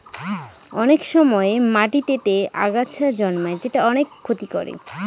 অনেক সময় মাটিতেতে আগাছা জন্মায় যেটা অনেক ক্ষতি করে